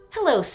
Hello